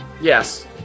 Yes